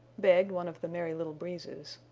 begged one of the merry little breezes.